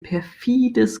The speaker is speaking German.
perfides